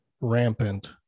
rampant